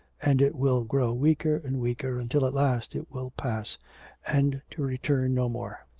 and it will grow weaker and weaker until at last it will pass and to return no more